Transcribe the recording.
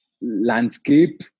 Landscape